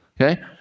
Okay